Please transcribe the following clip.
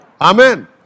Amen